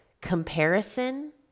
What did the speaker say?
Comparison